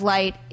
Light